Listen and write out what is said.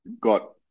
got